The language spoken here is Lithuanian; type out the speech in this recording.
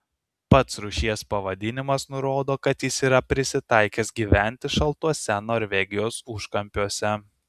pats rūšies pavadinimas nurodo kad jis yra prisitaikęs gyventi šaltuose norvegijos užkampiuose